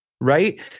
right